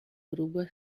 berubah